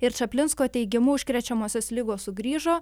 ir čaplinsko teigimu užkrečiamosios ligos sugrįžo